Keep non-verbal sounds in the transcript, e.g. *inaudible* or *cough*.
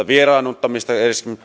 *unintelligible* vieraannuttamisesta